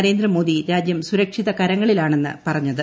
നരേന്ദ്ര മോദി രാജ്യം സുരക്ഷിത് കരങ്ങളിലാണെന്ന് പറഞ്ഞത്